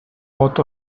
pot